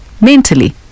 mentally